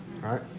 Right